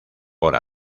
por